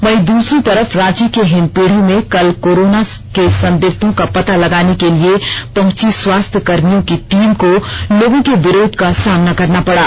वहीं दूसरी तरफ रांची के हिन्दपीढ़ी में कल कोराना के संदिग्धों का पता लगाने के लिए पहुंची स्वास्थ्यकर्मियों की टीम को लोगों के विरोध का सामना करना पड़ा